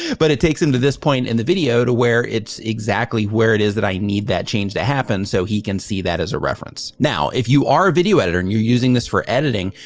but it takes him to this point in the video to where it's exactly where it is that i need that change to happen so he can see that as a reference. now, if you are a video editor and you're using this for editing,